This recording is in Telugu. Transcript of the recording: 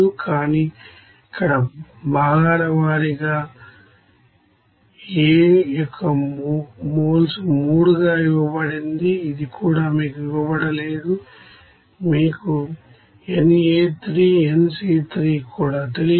కానీ ఇక్కడ భాగాల వారీగా A యొక్క మోల్స్3 గా ఇవ్వబడింది ఇది కూడా మీకు ఇవ్వబడలేదు మీకు nA3 nC3కూడా తెలియదు